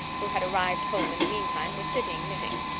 who had arrived home in the meantime, was sitting knitting.